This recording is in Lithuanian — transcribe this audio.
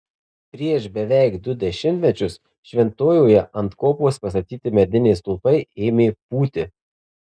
prieš beveik du dešimtmečius šventojoje ant kopos pastatyti mediniai stulpai ėmė pūti